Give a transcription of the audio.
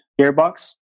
gearbox